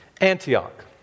Antioch